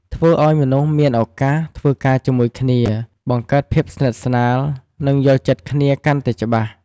ធ្វើឲ្យមនុស្សមានឱកាសធ្វើការជាមួយគ្នា បង្កើតភាពស្និទ្ធស្នាល និងយល់ចិត្តគ្នាកាន់តែច្បាស់។